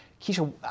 Keisha